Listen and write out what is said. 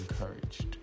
encouraged